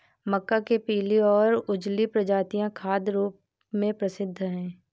मक्का के पीली और उजली प्रजातियां खाद्य रूप में प्रसिद्ध हैं